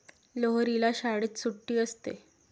लोहरीला शाळेत सुट्टी असते